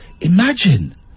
Imagine